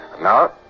Now